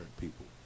people